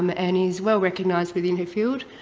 um and is well-recognized within her field,